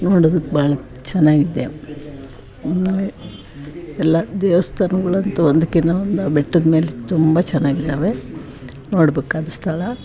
ನೋಡೋದಕ್ಕೆ ಭಾಳ ಚೆನ್ನಾಗಿದೆ ಆಮೇಲೆ ಎಲ್ಲ ದೇವ್ಸ್ಥಾನಗಳಂತು ಒಂದಕ್ಕಿಂತ ಒಂದು ಆ ಬೆಟ್ಟದ ಮೇಲೆ ತುಂಬ ಚೆನ್ನಾಗಿದಾವೆ ನೋಡ್ಬೇಕಾದ ಸ್ಥಳ